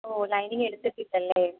ഓ lining എടുത്തിട്ടില്ലല്ലേ